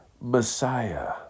Messiah